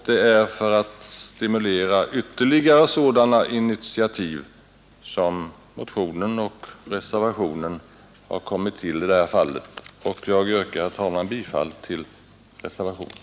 Det är för att stimulera ytterligare sådana initiativ som motionen och reservationen har kommit till. Jag yrkar, herr talman, bifall till reservationen.